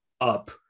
up